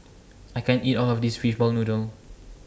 I can't eat All of This Fishball Noodle